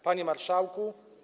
Panie Marszałku!